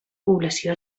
població